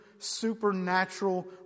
supernatural